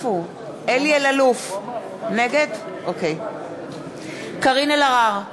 נגד קארין אלהרר,